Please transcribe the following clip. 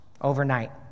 overnight